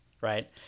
right